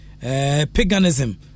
Paganism